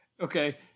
okay